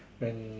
when